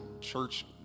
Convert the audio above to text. church